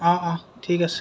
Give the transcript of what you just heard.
অঁ অঁ ঠিক আছে